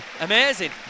Amazing